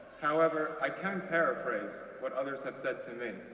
however, i can paraphrase what others have said to me.